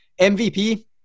MVP